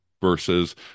versus